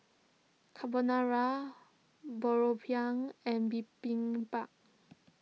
Carbonara and Bibimbap